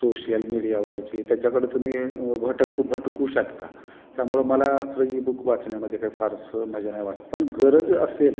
social मीडियावरची त्याच्याकडं तुम्ही भटक भटकू शकता त्यामुळं मला खरं ईबुक वाचण्यामध्ये काही फारसं मजा नाही वाटत पण गरज असेल